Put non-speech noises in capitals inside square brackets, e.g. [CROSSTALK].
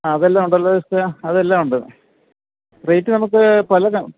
ആ അതെല്ലാം ഉണ്ടല്ലോ [UNINTELLIGIBLE] അതെല്ലാം ഉണ്ട് റേറ്റ് നമുക്ക് പലതാണ്